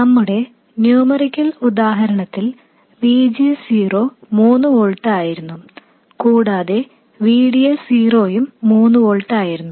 നമ്മുടെ ന്യൂമെറിക്കൽ ഉദാഹരണത്തിൽ VG S 0 മൂന്നു വോൾട്ട് ആയിരുന്നു കൂടാതെ VD S 0 യും മൂന്ന് വോൾട്ട് ആയിരുന്നു